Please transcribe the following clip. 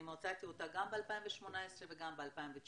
אני מצאתי אותה גם ב-2018 וגם ב-2019,